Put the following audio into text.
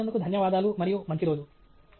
శ్రద్ధ చూపినందుకు ధన్యవాదాలు మరియు మంచి రోజు